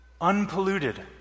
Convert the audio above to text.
unpolluted